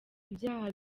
ibyaha